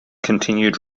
continued